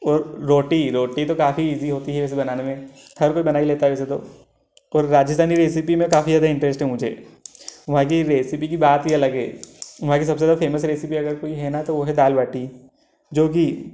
और रोटी रोटी तो काफ़ी इज़ी होती है उसे बनाने में हर कोई बना ही लेता है इसे तो और राजस्थानी रेसिपी तो काफ़ी ज़्यादा इंटरेस्ट है मुझे वहाँ की रेसिपी की बात ही अलग है वहाँ की सबसे ज़्यादा फ़ेमस रेसिपी अगर कोई है ना तो वह है दाल बाटी जो कि